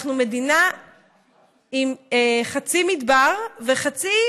אנחנו מדינה עם חצי מדבר וחצי